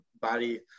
body